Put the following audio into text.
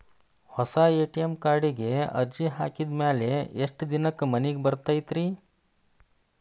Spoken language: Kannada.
ಹೊಸಾ ಎ.ಟಿ.ಎಂ ಕಾರ್ಡಿಗೆ ಅರ್ಜಿ ಹಾಕಿದ್ ಮ್ಯಾಲೆ ಎಷ್ಟ ದಿನಕ್ಕ್ ಮನಿಗೆ ಬರತೈತ್ರಿ?